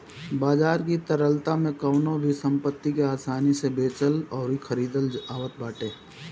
बाजार की तरलता में कवनो भी संपत्ति के आसानी से बेचल अउरी खरीदल आवत बाटे